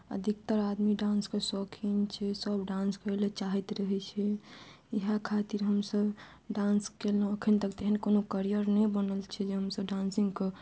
अधिकतर आदमी डान्सके शौखीन छै सब डान्स करै लए चाहैत रहै छै इएह खातिर हमसभ डान्स केलहुॅं अखन तक तेहन कोनो करियर नहि बनल छै जे हमसभ डान्सिंगके